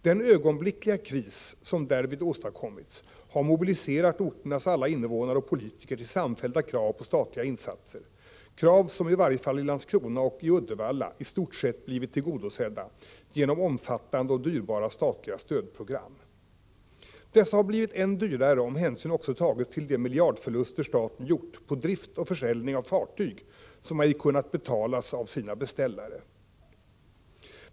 Den ögonblickliga kris som därvid åstadkommits har mobiliserat orternas alla innevånare och politiker till samfällda krav på statliga instanser, krav som i varje fall i Landskrona och i Uddevalla i stort sett blivit tillgodosedda genom omfattande och dyrbara statliga stödprogram. Dessa har blivit än dyrare om hänsyn också tas till de miljardförluster staten gjort på drift och försäljning av fartyg som ej kunnat betalas av sina beställare.